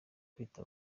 kwita